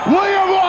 William